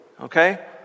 Okay